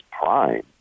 prime